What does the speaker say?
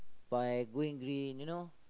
by going drink you know